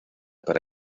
para